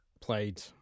played